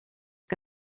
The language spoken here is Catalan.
que